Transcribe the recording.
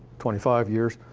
twenty five years.